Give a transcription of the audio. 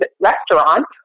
restaurant